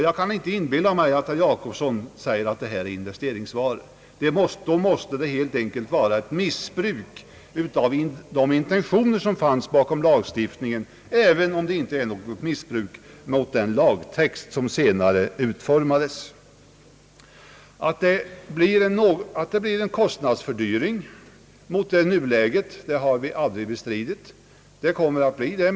Jag kan inte inbilla mig att herr Gösta Jacobsson nu vill påstå, att allt det jag räknade upp är investeringsvaror. Då måste det helt enkelt vara ett missbruk av de intentioner som låg bakom lagstiftningen, även om det inte är något missbruk mot den lagtext som senare utformades. Att det kommer att bli en kostnadsfördyring gentemot nuläget har vi aldrig bestritt. Det kommer att bli så.